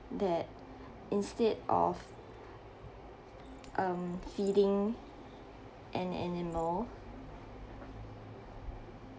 that instead of um feeding an animal